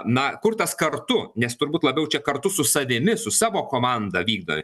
na kur tas kartu nes turbūt labiau čia kartu su savimi su savo komanda vykdo